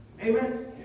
Amen